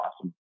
awesome